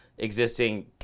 existing